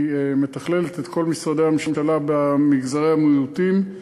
שמתכללת את פעילות כל משרדי הממשלה במגזרי המיעוטים,